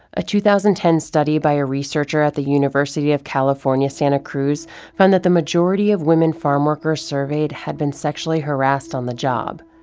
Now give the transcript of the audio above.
a two thousand and ten study by a researcher at the university of california santa cruz found that the majority of women farmworkers surveyed had been sexually harassed on the job.